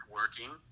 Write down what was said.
working